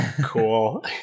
Cool